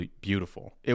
beautiful